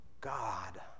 God